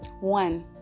One